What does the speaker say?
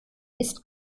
ist